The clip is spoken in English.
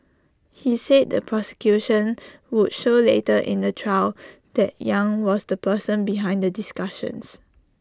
he said the prosecution would show later in the trial that yang was the person behind the discussions